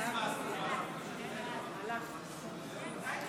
אושרה בקריאה הטרומית ותעבור לדיון בוועדת החינוך,